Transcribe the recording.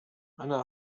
أنا